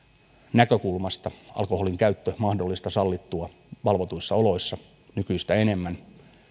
näkökulmasta alkoholinkäyttö mahdollista sallittua valvotuissa oloissa nykyistä enemmän